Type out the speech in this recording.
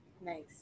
Nice